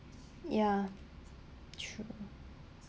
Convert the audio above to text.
ya true